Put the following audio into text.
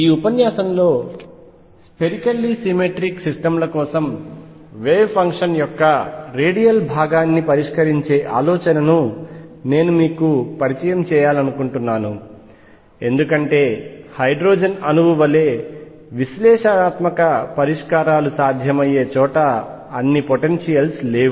ఈ ఉపన్యాసంలో spherically symmetric system ల కోసం వేవ్ ఫంక్షన్ యొక్క రేడియల్ భాగాన్ని పరిష్కరించే ఆలోచనను నేను మీకు పరిచయం చేయాలనుకుంటున్నాను ఎందుకంటే హైడ్రోజన్ అణువు వలె విశ్లేషణాత్మక పరిష్కారాలు సాధ్యమయ్యే చోట అన్ని పొటెన్షియల్స్ లేవు